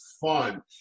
fun